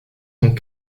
sont